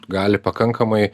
gali pakankamai